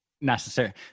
necessary